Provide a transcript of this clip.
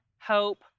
Hope